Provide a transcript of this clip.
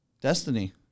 Destiny